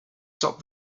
stop